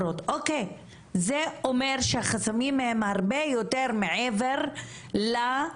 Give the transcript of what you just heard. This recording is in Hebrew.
זה אומר החסמים הם הרבה יותר מעבר לה,